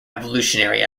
evolutionary